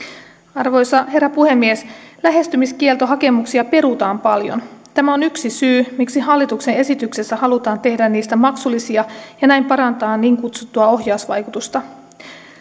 arvoisa herra puhemies lähestymiskieltohakemuksia perutaan paljon tämä on yksi syy miksi hallituksen esityksessä halutaan tehdä niistä maksullisia ja näin parantaa niin kutsuttua ohjausvaikutusta